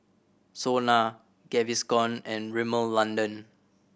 SONA Gaviscon and Rimmel London